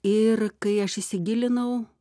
ir kai aš įsigilinau